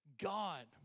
God